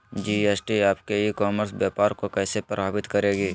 GST आपके e commerce व्यापार को कैसे प्रभावित करेगी?